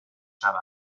شود